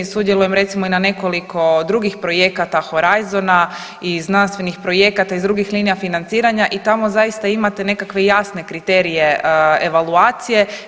Sudjelujem recimo i na nekoliko drugih projekata HOURAISON-a i znanstvenih projekata iz drugih linija financiranja i tamo zaista imate nekakve jasne kriterije evaluacije.